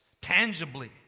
tangibly